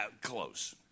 close